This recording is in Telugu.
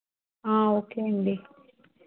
ఓకే అండి